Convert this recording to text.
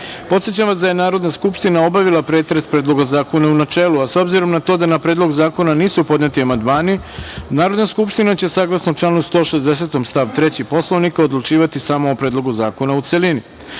svojine. Podsećam vas da je Narodna skupština obavila pretres Predloga zakona u načelu, a s obzirom na to da na Predlog zakona nisu podneti amandmani Narodna skupština će, saglasno članu 160. stav 3. Poslovnika odlučivati samo o Predlogu zakona u